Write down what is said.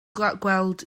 gweld